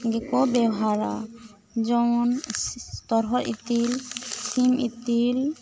ᱜᱮᱠᱚ ᱵᱮᱣᱦᱟᱨᱟ ᱡᱮᱢᱚᱱ ᱛᱚᱨᱦᱚᱫᱽ ᱤᱛᱤᱞ ᱥᱤᱢ ᱤᱛᱤᱞ